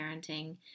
parenting